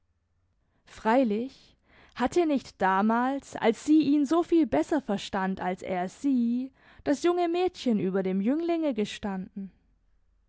freilich hatte nicht damals als sie ihn so viel besser verstand als er sie das junge mädchen über dem jünglinge gestanden